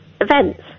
events